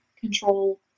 control